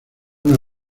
una